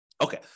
Okay